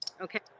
Okay